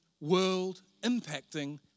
world-impacting